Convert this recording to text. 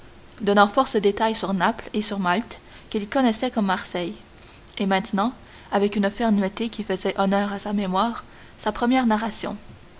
force détails sur naples et sur malte qu'il connaissait comme marseille et maintenant avec une fermeté qui faisait honneur à sa mémoire sa première narration